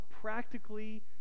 practically